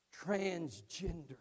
transgender